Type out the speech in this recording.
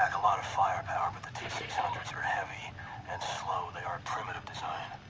a lot of firepower, but the t six hundred s are heavy and slow, and they are a primitive design.